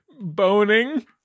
boning